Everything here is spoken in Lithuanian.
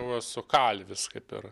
jau esu kalvis kaip ir